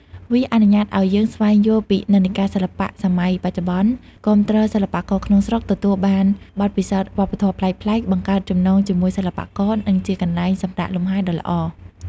វាអនុញ្ញាតឲ្យយើងស្វែងយល់ពីនិន្នាការសិល្បៈសម័យបច្ចុប្បន្ន គាំទ្រសិល្បករក្នុងស្រុក ទទួលបានបទពិសោធន៍វប្បធម៌ប្លែកៗ បង្កើតចំណងជាមួយសិល្បករ និងជាកន្លែងសម្រាកលំហែដ៏ល្អ។